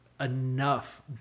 enough